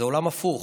זה עולם הפוך,